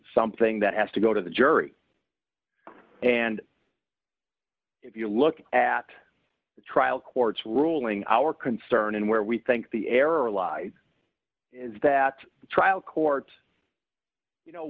something that has to go to the jury and if you look at the trial court's ruling our concern and where we think the error lies is that the trial courts you know